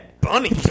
bunny